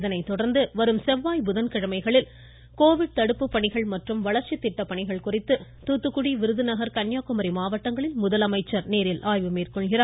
இதனைத்தொடர்ந்து வரும் செவ்வாய் புதன்கிழமைகளில் கோவிட் தடுப்பு பணிகள் மற்றும் வளர்ச்சி திட்டப்பணிகள் குறித்து தூத்துக்குடி விருதுநகர் கன்னியாகுமரி மாவட்டங்களில் முதலமைச்சர் ஆய்வு மேற்கொள்கிறார்